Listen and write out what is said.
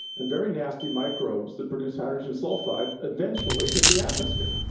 and very nasty microbes that produce hydrogen sulphide eventually hit the atmosphere.